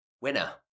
Winner